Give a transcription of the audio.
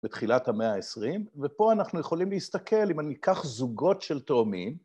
‫בתחילת המאה ה-20, ‫ופה אנחנו יכולים להסתכל, ‫אם אני אקח זוגות של תאומים...